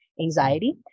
anxiety